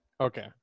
Okay